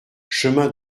chemin